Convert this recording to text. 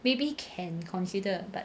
maybe can consider but